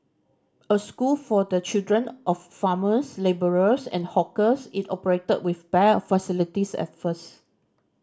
a school for the children of farmers labourers and hawkers it operated with bare facilities at first